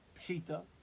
Pshita